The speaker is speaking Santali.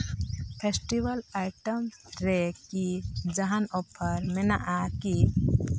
ᱯᱷᱮᱥᱴᱤᱵᱷᱮᱞ ᱟᱭᱴᱮᱢᱥ ᱨᱮ ᱠᱤ ᱡᱟᱦᱟᱱ ᱚᱯᱷᱟᱨ ᱢᱮᱱᱟᱜᱼᱟ ᱠᱤ